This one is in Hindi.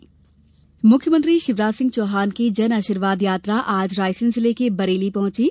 जन आशीर्वाद यात्रा मुख्यमंत्री शिवराज सिंह चौहान की जन आशीर्वाद यात्रा आज रायसेन जिले के बरेली पहंची है